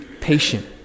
patient